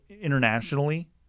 internationally